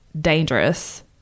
dangerous